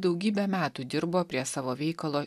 daugybę metų dirbo prie savo veikalo